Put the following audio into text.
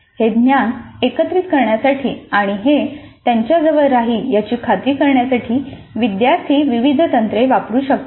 हे ज्ञान एकत्रित करण्यासाठी आणि हे त्यांच्याजवळ राहील याची खात्री करण्यासाठी विद्यार्थी विविध तंत्रे वापरू शकतात